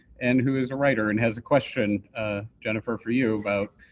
and who is a writer and has a question jennifer for you about